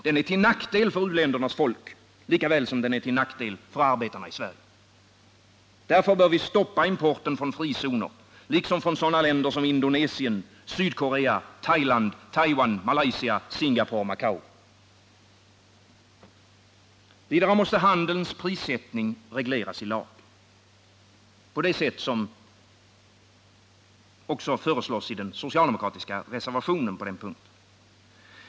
De är till nackdel för u-ländernas folk likväl som de är till nackdel för arbetarna i Sverige. Därför bör vi stoppa importen från frizoner, liksom från länder som Indonesien, Sydkorea, Thailand, Taiwan, Malaysia, Singapore och Macao. Vidare måste handelns prissättning regleras i lag på det sätt som föreslås i den socialdemokratiska reservationen på denna punkt.